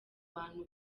bantu